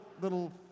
little